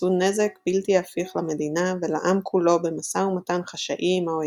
עשו נזק בלתי הפיך למדינה ולעם כולו במשא ומתן חשאי עם האויב,